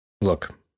Look